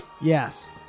Yes